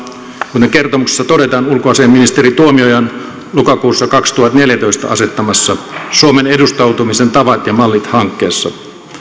kuten kertomuksessa todetaan ulkoasiainministeri tuomiojan lokakuussa kaksituhattaneljätoista asettamassa suomen edustautumisen tavat ja mallit hankkeessa